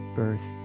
birth